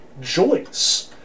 Joyce